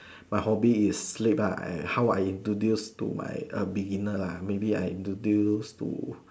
my hobby is sleep ah how I introduce to my beginner lah maybe I introduce to